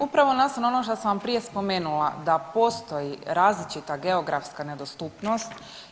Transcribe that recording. Upravo nastavno na ono što sam vam prije spomenula, da postoji različita geografska nedostupnost.